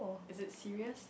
is it serious